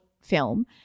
Film